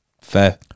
fair